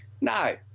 No